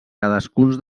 cadascun